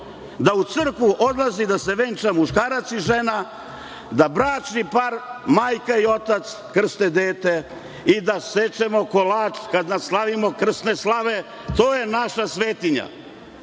da u crkvu odlaze i da se venčavaju muškarac i žena, da bračni par, majka i otac, krste dete i da sečemo kolač kada slavimo krsne slave. To je naša svetinja.